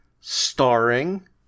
starring